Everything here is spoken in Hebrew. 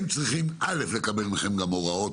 הם צריכים לקבל מכם הוראות